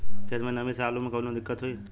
खेत मे नमी स आलू मे कऊनो दिक्कत होई?